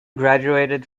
graduated